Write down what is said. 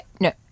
No